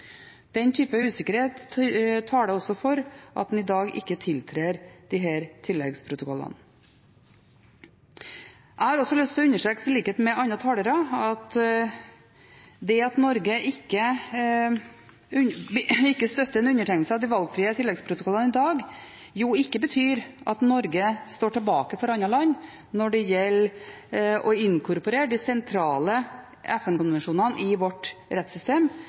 Den type usikkerhet taler også for at en i dag ikke tiltrer disse tilleggsprotokollene. Jeg har også lyst til, i likhet med andre talere, å understreke at det at Norge ikke støtter en undertegnelse av de valgfrie tilleggsprotokollene i dag, jo ikke betyr at Norge står tilbake for andre land når det gjelder å inkorporere de sentrale FN-konvensjonene i vårt rettssystem.